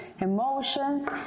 emotions